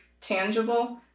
tangible